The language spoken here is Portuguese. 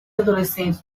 adolescentes